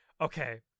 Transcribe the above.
Okay